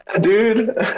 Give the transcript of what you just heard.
dude